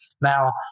Now